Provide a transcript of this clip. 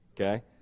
okay